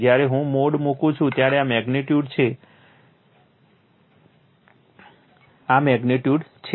જ્યારે હું મોડ મૂકું છું ત્યારે આ મેગ્નિટ્યુડ છે આ મેગ્નિટ્યુડ છે